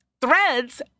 Threads